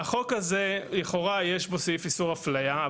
החוק הזה לכאורה יש בו סעיף איסור אפליה,